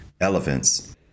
elephants